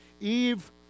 Eve